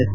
S